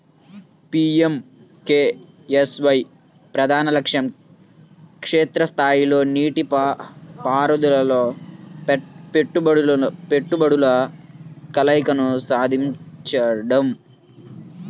PMKSY ప్రధాన లక్ష్యం క్షేత్ర స్థాయిలో నీటిపారుదలలో పెట్టుబడుల కలయికను సాధించడం